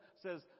says